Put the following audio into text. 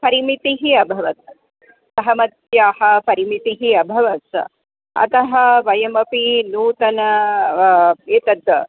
परिमितिः अभवत् सहमत्याः परिमितिः अभवत् अतः वयमपि नूतनम् एतद्